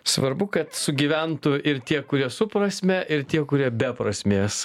svarbu kad sugyventų ir tie kurie su prasme ir tie kurie be prasmės